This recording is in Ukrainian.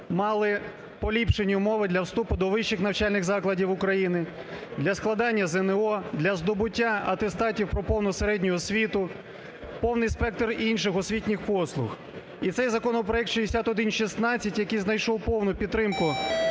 мали поліпшені умови для вступу до вищих навчальних закладів України, для складання ЗНО, для здобуття атестатів про повну середню освіту, повний спектр і інших освітніх послуг. І цей законопроект 6116, який знайшов повну підтримку